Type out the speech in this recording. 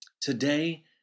Today